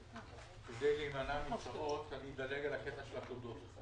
כדי להימנע מצרות אני אדלג על הקטע של התודות.